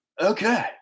Okay